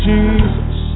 Jesus